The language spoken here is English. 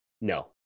No